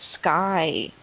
Sky